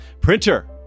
Printer